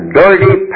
dirty